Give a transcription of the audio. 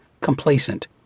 complacent